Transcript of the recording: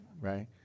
Right